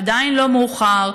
עדיין לא מאוחר,